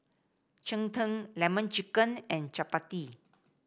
Cheng Tng lemon chicken and chappati